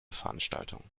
veranstaltung